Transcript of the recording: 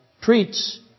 treats